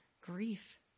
grief